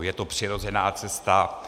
Je to přirozená cesta.